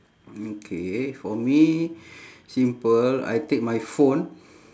okay for me simple I take my phone